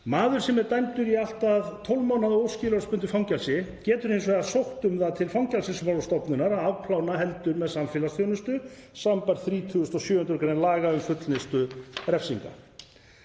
Maður sem er dæmdur í allt að 12 mánaða óskilorðsbundið fangelsi getur hins vegar sótt um það til Fangelsismálastofnunar að afplána heldur með samfélagsþjónustu, sbr. 37. gr. laga um fullnustu refsinga.